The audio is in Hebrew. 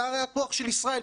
זה הרי הכוח של ישראל,